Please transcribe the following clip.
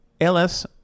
LS